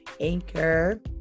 anchor